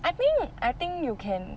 I think I think you can